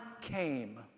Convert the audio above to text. came